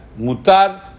Mutar